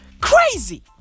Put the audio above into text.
Crazy